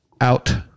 out